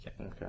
Okay